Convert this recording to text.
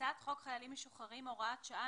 הצעת חוק קליטת חיילים משוחררים (הוראת שעה,